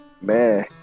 Man